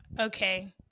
Okay